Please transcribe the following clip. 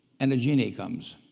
and a genie comes.